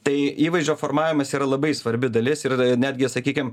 tai įvaizdžio formavimas yra labai svarbi dalis ir netgi sakykim